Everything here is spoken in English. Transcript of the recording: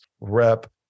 rep